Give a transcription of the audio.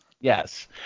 Yes